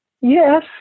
yes